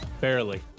Barely